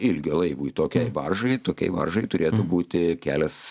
ilgio laivui tokiai baržai tokiai baržai turėtų būti kelias